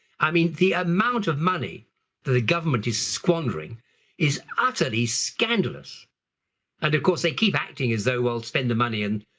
i mean, the amount of money that the government is squandering is utterly scandalous and, of course, they keep acting as though we'll spend the money and,